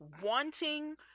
wanting